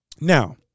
Now